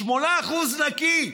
8% נקי,